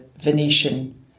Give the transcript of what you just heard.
Venetian